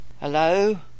Hello